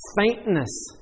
faintness